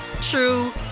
true